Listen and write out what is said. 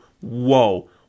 whoa